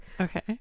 Okay